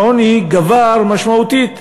העוני גבר משמעותית.